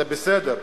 זה בסדר,